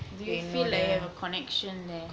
do you feel like you have a connection there